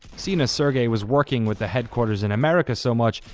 seeing as sergey was working with the headquarters in america so much,